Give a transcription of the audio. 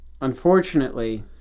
unfortunately